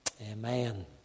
Amen